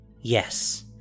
Yes